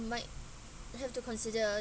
you might have to consider